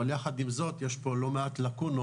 אבל יחד עם זאת יש פה לא מעט לאקונות